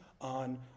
on